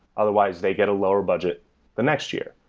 otherwise, they get a lower budget the next year.